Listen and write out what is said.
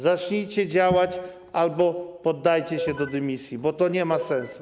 Zacznijcie działać, albo podajcie się do dymisji, bo to nie ma sensu.